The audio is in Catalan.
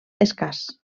escàs